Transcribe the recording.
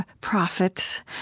prophets